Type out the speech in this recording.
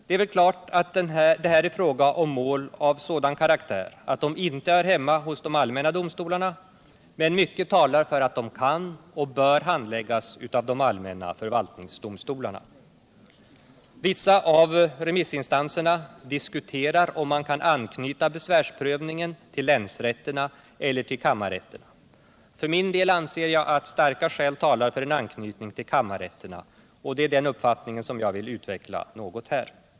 Det är väl klart att här är fråga om mål av sådan karaktär att de inte hör hemma hos de allmänna domstolarna, men mycket talar för att de kan och bör handläggas av de allmänna förvaltningsdomstolarna. Vissa av remissinstanserna diskuterar om man kan anknyta besvärsprövningen till länsrätterna eller till kammarrätterna. För min del anser jag att starka skäl talar för en anknytning till kammarrätterna, och det är den uppfattningen jag vill utveckla något.